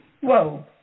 Whoa